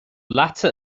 leatsa